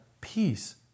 peace